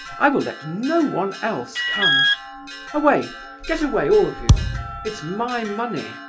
i will let no one else come away get away, all of you it's my money!